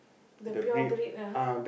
the pure breed ah